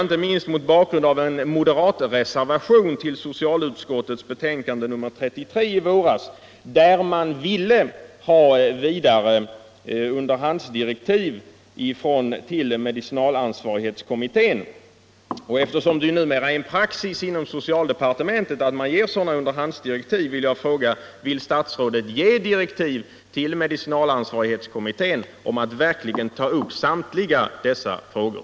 Inte minst mot bakgrunden av en moderatreservation till socialutskottets betänkande nr 33 i våras, vari reservanterna yrkar på underhandsdirektiv till medicinalansvarskommittén, och eftersom det numera är praxis inom socialdepartementet att ge underhandsdirektiv, frågar jag om statsrådet vill ge direktiv till medicinalansvarskommittén att verkligen ta upp dessa frågor.